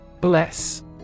Bless